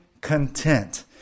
content